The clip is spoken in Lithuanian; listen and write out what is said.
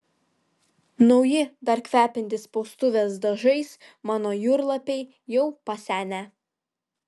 nauji dar kvepiantys spaustuvės dažais mano jūrlapiai jau pasenę